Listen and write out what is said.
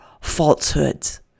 falsehoods